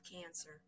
cancer